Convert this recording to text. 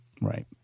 Right